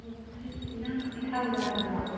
ꯑꯣ ꯄꯣꯠ ꯆꯩ ꯑꯦꯟꯁꯥꯡ ꯅꯥꯄꯤ ꯊꯥꯔꯨꯁꯤ ꯍꯥꯏꯕꯗꯨꯔꯣ